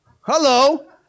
Hello